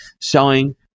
selling